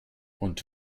und